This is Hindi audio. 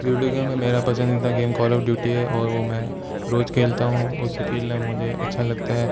वीडियो गेम में मेरा पसंदीदा गेम कॉल ऑफ ड्यूटी है और वो मैं रोज खेलता हूँ उसे खेलना मुझे अच्छा लगता है